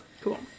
Cool